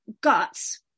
guts